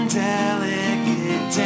delicate